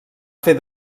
fer